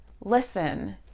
listen